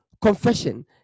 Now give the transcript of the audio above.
confession